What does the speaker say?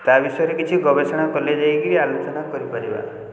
ତା' ବିଷୟରେ କିଛି ଗବେଷଣା କଲେ ଯାଇକି ଆଲୋଚନା କରିପାରିବା